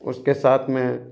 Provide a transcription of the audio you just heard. उसके साथ में